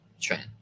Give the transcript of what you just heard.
trend